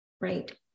right